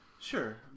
Sure